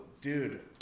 dude